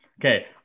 Okay